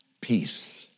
Peace